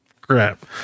crap